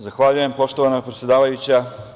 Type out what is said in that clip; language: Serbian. Zahvaljujem, poštovana predsedavajuća.